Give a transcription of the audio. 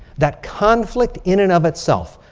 that conflict in and of itself,